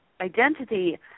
identity